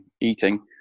eating